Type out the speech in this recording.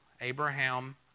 Abraham